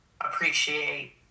appreciate